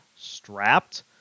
strapped